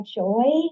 joy